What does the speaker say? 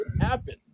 happen